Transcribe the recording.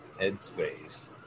headspace